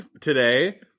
today